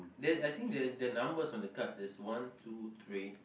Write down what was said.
the I think the the numbers on the cards there's one two three